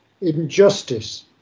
injustice